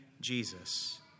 Jesus